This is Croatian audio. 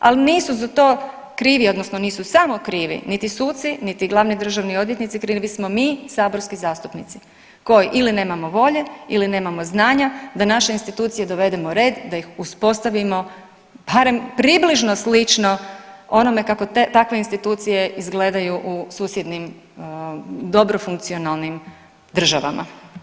Ali nisu za to krivi odnosno nisu samo krivi niti suci, niti glavni državni odvjetnici, krivi smo mi saborski zastupnici koji ili nemamo volje ili nemamo znanja da naše institucije dovedemo u red, da ih uspostavimo barem približno slično onome kako takve institucije izgledaju u susjednim, dobro funkcionalnim državama.